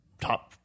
top